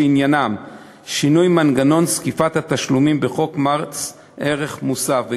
שעניינם שינוי מנגנון זקיפת התשלומים בחוק מס ערך מוסף,